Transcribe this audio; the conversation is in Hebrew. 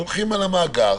שהולכים על המאגר